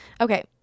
Okay